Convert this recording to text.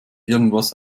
irgendwas